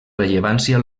rellevància